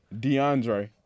DeAndre